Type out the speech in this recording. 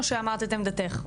או שאמרת את עמדתך?